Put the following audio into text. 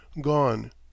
gone